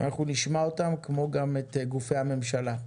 אנחנו נשמע אותם, כמו גם את גופי הממשלה.